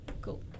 Cool